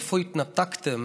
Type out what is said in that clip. איפה התנתקתם